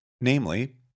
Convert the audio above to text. namely